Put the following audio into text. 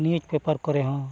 news paper ᱠᱚᱨᱮ ᱦᱚᱸ